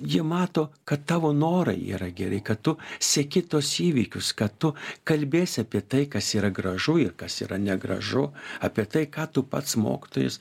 jie mato kad tavo norai yra geri kad tu seki tuos įvykius kad tu kalbėsi apie tai kas yra gražu ir kas yra negražu apie tai ką tu pats mokytojas